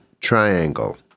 Triangle